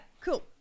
cool